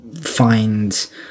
find